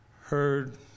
heard